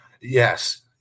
yes